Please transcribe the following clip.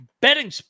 betting